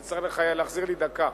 תצטרך להחזיר לי דקה.